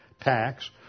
tax